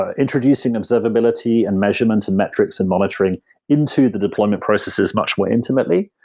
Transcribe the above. ah introducing observability and measurement and metrics and monitoring into the deployment processes much more intimately.